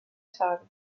tage